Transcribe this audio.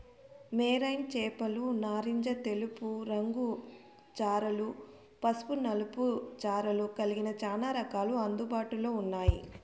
marine చేపలు నారింజ తెలుపు రకం చారలు, పసుపు నలుపు చారలు కలిగిన చానా రకాలు అందుబాటులో ఉన్నాయి